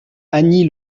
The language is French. annie